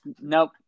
Nope